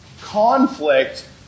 conflict